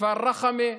כפר רחמה,